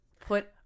put